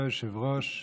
כבוד היושב-ראש,